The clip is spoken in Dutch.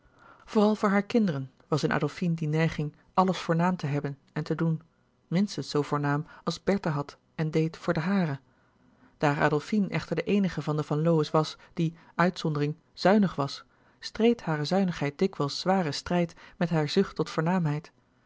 vooral voor hare kinderen was in adolfine die neiging alles voornaam te hebben en te doen minstens zoo voornaam als bertha had en deed voor de hare daar adolfine echter de eenige van de van lowe's was die uitzondering zuinig was streed hare zuinigheid dikwijls zwaren strijd met hare zucht tot